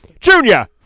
Junior